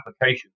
applications